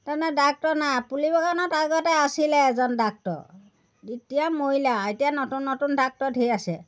তাৰমানে ডাক্তৰ নাই পুলি বাগানত আগতে আছিলে এজন ডাক্তৰ এতিয়া মৰিলে আৰু এতিয়া নতুন নতুন ডাক্টৰ ঢেৰ আছে